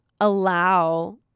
allow –